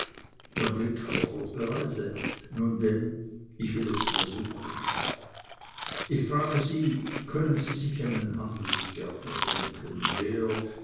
ihr blick fordert beweise nun denn ich will es versuchen ich frage sie können sie sich einen handelsgärtner denken der